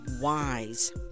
wise